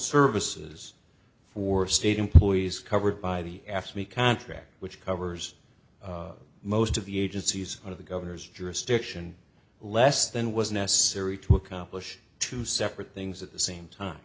services for state employees covered by the asked me contract which covers most of the agencies of the governor's jurisdiction less than was necessary to accomplish two separate things at the same time